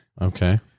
Okay